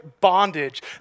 bondage